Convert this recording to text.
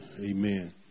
Amen